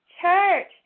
church